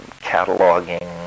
cataloging